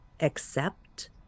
accept